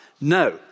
No